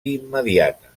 immediata